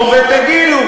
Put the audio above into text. ותגידו.